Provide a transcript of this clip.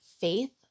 faith